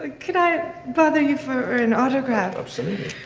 ah could i bother you for an autograph. absolutely.